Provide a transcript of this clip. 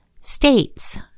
states